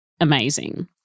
amazing